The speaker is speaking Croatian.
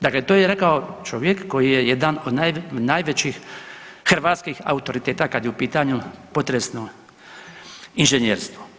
Dakle to je rekao čovjek koji je jedan od najvećih hrvatskih autoriteta kad je u pitanju potresno inženjerstvo.